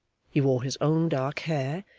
he wore his own dark hair,